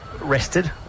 rested